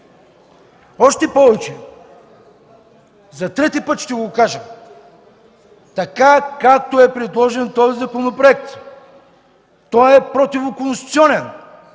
Още повече, за трети път ще го кажа: така, както е предложен този законопроект, той е противоконституционен.